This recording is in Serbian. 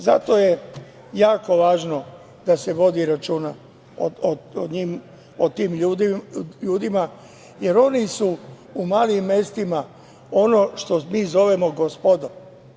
Zato je jako važno da se vodi računa o tim ljudima, jer oni su u malim mestima ono što mi zovemo gospodom.